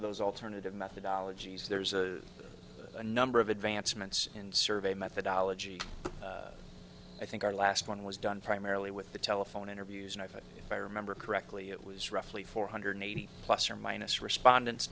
of those alternative methodology is there's a number of advancements in survey methodology i think our last one was done primarily with the telephone interviews and i think i remember correctly it was roughly four hundred eighty plus or minus respondents